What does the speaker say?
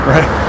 Right